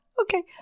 Okay